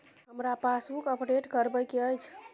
हमरा passbook update करैबे के अएछ?